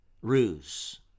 ruse